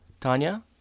Tanya